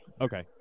Okay